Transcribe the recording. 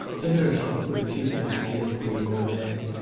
the nurse will put a few things together for you in a bag.